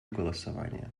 голосования